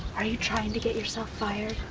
are you trying to get yourself fired?